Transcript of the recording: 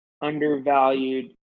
undervalued